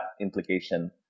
implication